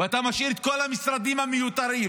ואתה משאיר את כל המשרדים המיותרים,